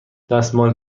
دستمال